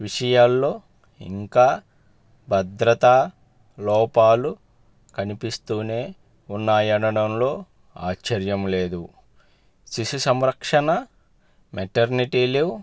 విషయాల్లో ఇంకా భద్రత లోపాలు కనిపిస్తూనే ఉన్నా అనడంలో ఆశ్చర్యం లేదు శిశు సంరక్షణ మెటర్నిటీలు